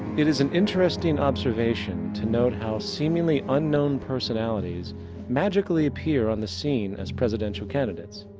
it is an interesting observation to note how seemingly unknown personalities magically appear on the scene as presidential candidates.